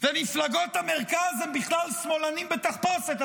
ומפלגות המרכז הם בכלל שמאלנים בתחפושת,